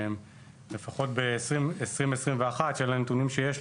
לפחות ב-21' אלה הנתונים שיש לי